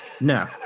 No